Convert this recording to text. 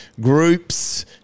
groups